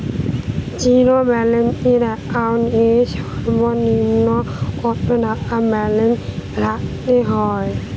Zero balance account এর সর্বনিম্ন কত টাকা ব্যালেন্স রাখতে হবে?